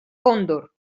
cóndor